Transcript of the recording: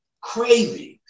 cravings